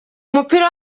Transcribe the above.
mupira